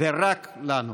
ורק לנו,